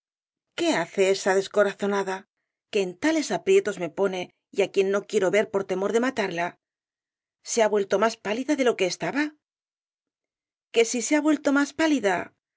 qué hace esa descorazonada que en tales aprietos me pone y á quien no quiero ver por temor de matarla se ha vuelto más pálida de lo que estaba que si se ha vuelto más pálida